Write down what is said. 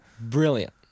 brilliant